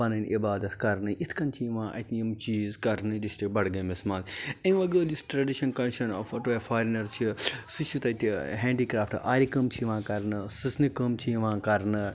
پَنٕنۍ عِبادَت کَرنہِ اِتھ کٔنۍ چھِ یِوان اتہِ یِم چیٖز کِرنہٕ ڈِسٹرک بَڈگٲمِس مَنٛز امہِ وَغٲر یُس ٹریڈِشَن کَلچر فارینَر چھِ سُہ چھُ تَتہِ ہینٛڈی کرافٹ آرِ کٲم چھِ یِوان کَرنہٕ سٕژنہِ کٲم چھِ یِوان کَرنہٕ